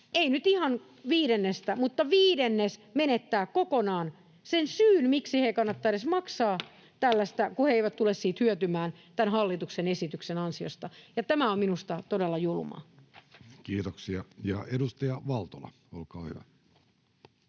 Se kertoo siitä, että viidennes menettää kokonaan sen syyn, miksi heidän kannattaa edes maksaa tällaista, kun he eivät tule siitä hyötymään tämän hallituksen esityksen ansiosta, ja tämä on minusta todella julmaa. Kiitoksia. — Edustaja Valtola, olkaa hyvä.